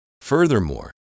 Furthermore